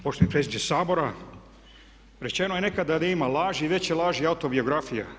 Poštovani predsjedniče Sabora rečeno je nekada da ima laži veća laž je autobiografija.